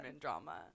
drama